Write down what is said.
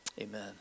amen